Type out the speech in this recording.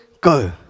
go